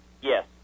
Yes